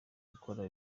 gukora